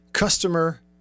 Customer